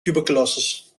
tuberculosis